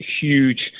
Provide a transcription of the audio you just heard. huge